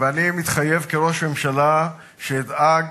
ואני מתחייב כראש ממשלה שאדאג